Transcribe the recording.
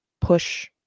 push